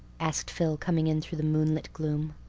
asked phil, coming in through the moonlit gloom.